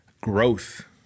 growth